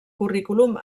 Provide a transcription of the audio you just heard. currículum